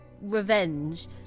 revenge